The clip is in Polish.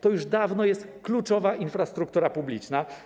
To już dawno jest kluczowa infrastruktura publiczna.